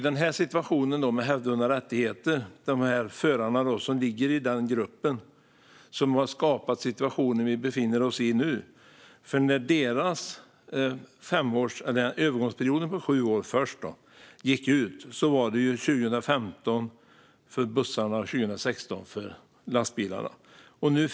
Det är dessa förra som har skapat den situation vi nu befinner oss i. Övergångsperioden på sju år gick ut 2015 för bussarna och 2106 för lastbilarna.